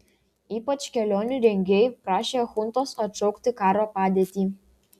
ypač kelionių rengėjai prašė chuntos atšaukti karo padėtį